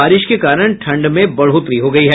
बारिश के कारण ठंड में बढ़ोतरी हो गयी है